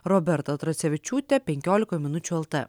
roberta tracevičiūtė penkiolikoj minučių lt